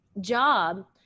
job